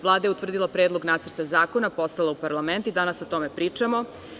Vlada je utvrdila predlog nacrta zakona, poslala u parlament i danas o tome pričamo.